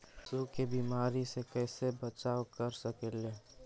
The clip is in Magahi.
पशु के बीमारी से कैसे बचाब कर सेकेली?